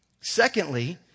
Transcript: Secondly